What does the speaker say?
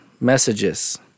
messages